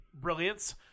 brilliance